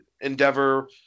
endeavor